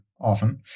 often